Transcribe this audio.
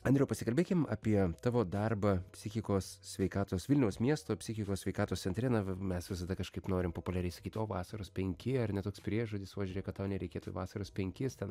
andriau pasikalbėkim apie tavo darbą psichikos sveikatos vilniaus miesto psichikos sveikatos centre na mes visada kažkaip norim populiariai sakyt o vasaros penki ar ne toks priežodis va žiūrėk kad tau nereikėtų į vasaros penkis ten